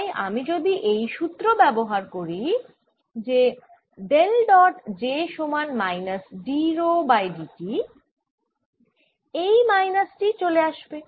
তাই আমি যদি এই সুত্র ব্যবহার করি যে ডেল ডট j সমান minus d rho by d t এই মাইনাস টি চলে আসবে